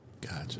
Gotcha